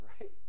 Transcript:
Right